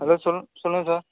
hello சொல்லுங்க சொல்லுங்கள் sir